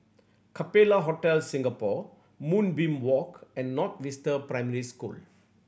Capella Hotel Singapore Moonbeam Walk and North Vista Primary School